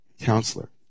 counselor